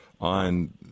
on